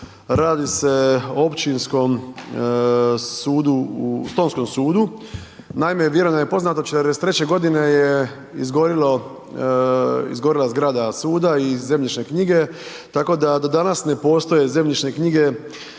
radi se o općinskom sudu u, stonskom sudu, naime, vjerujem da je poznato, 1943.g. je izgorila zgrada suda i zemljišne knjige, tako da do danas ne postoje zemljišne knjige